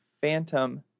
phantom